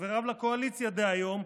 חבריו לקואליציה דהיום,